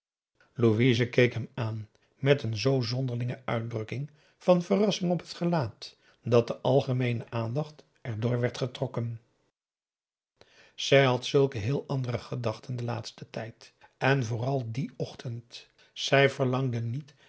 louise keek hem aan met een zoo zonderlinge uitdrukking van verrassing op het gelaat dat de algemeene aandacht erdoor werd getrokken zij had zulke heel andere gedachten den laatsten tijd p a daum hoe hij raad van indië werd onder ps maurits en vooral dien ochtend zij verlangde niet